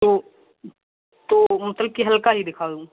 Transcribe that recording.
तो तो मतलब कि हल्का ही दिखा दूँ